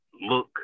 look